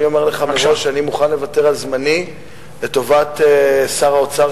אני אומר לך מראש שאני מוכן לוותר על זמני לטובת שר האוצר,